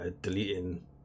deleting